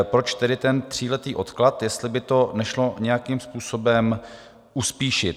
Proč tedy ten tříletý odklad jestli by to nešlo nějakým způsobem uspíšit?